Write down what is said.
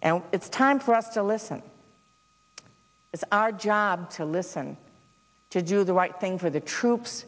and it's time for us to listen is our job to listen to do the right thing for the troops